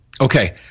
Okay